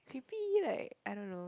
creepy right I don't know